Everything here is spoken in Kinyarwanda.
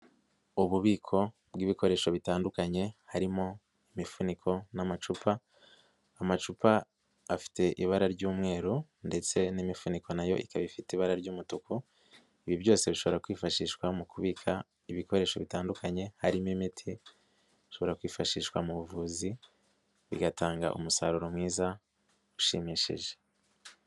Ububiko bw'ibikoresho bitandukanye, harimo imifuniko n'amacupa, amacupa afite ibara ry'umweru ndetse n'imifuniko nayo ikaba ifite ibara ry'umutuku, ibi byose bishobora kwifashishwa mu kubika ibikoresho bitandukanye, harimo imiti ishobora kwifashishwa mu buvuzi, bigatanga umusaruro mwiza ushimishije.